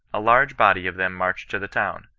a large body of them inarched to the town.